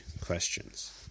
questions